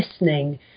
listening